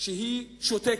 שהיא שותקת.